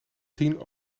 tien